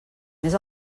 més